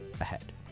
ahead